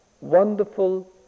wonderful